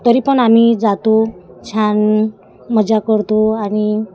तरी पण आम्ही जातो छान मजा करतो आणि